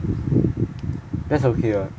that's okay [what]